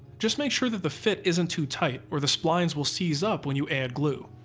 just make sure that the fit isn't too tight or the splines will seize up when you add glue.